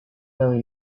really